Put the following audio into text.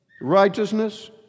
righteousness